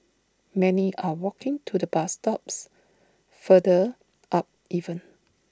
many are walking to the bus stops further up even